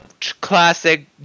classic